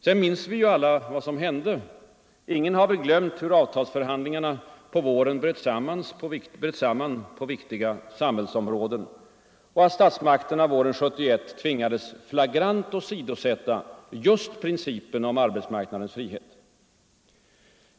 Vi minns alla vad som sedan hände. Ingen har väl glömt hur avtalsförhandlingarna på våren bröt samman på viktiga samhällsområden och att statsmakterna våren 1971 tvingades flagrant åsidosätta just principen om arbetsmarknadens frihet.